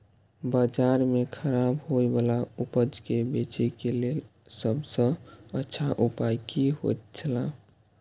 बाजार में खराब होय वाला उपज के बेचे के लेल सब सॉ अच्छा उपाय की होयत छला?